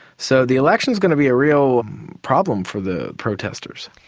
so the election's going to be a real problem for the protesters.